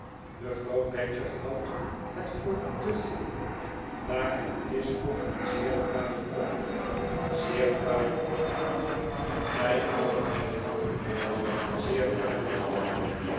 mevrouw badger houdt het voor te geel maar het is toch een zeer fraaie kop een zeer fraaie kop wij allen herhaalden een zeer fraaie kop